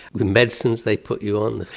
the medicines they put you on,